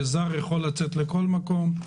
זר יכול לצאת לכל מקום.